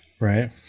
right